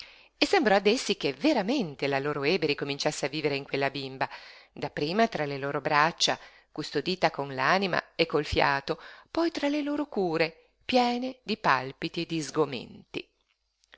sembrò ad essi che veramente la loro ebe ricominciasse a vivere in quella bimba dapprima tra le loro braccia custodita con l'anima e col fiato poi tra le loro cure piene di palpiti e di sgomenti